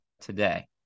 today